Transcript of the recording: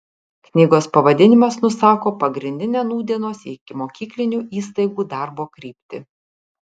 knygos pavadinimas nusako pagrindinę nūdienos ikimokyklinių įstaigų darbo kryptį